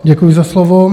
Děkuji za slovo.